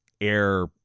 air